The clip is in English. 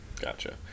gotcha